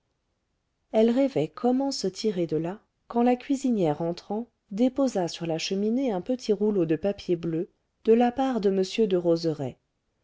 elle rêvait comment se tirer de là quand la cuisinière entrant déposa sur la cheminée un petit rouleau de papier bleu de la part de m derozerays